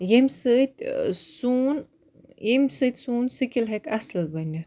ییٚمہِ سۭتۍ سون ییٚمہِ سۭتۍ سون سِکِل ہیٚکہِ اَصٕل بٔنِتھ